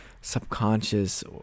subconscious